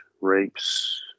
rapes